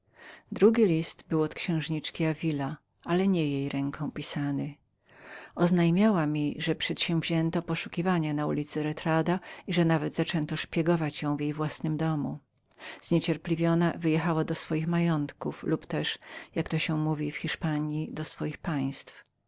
drugi list był od księżniczki davila ale nie jej charakterem pisany oznajmiała mi że przedsięwzięto poszukiwania przy ulicy retardo i że nawet zaczęto szpiegować ją w jej własnym domu zniecierpliwiona nareszcie wyjechała do swoich majątków lub też jak mówią w hiszpanji do swoich państw